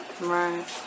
Right